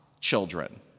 children